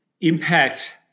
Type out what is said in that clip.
impact